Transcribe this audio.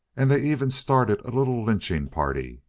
and they even started a little lynching party.